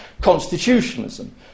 constitutionalism